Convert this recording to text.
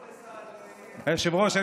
היושב-ראש,